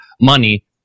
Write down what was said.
money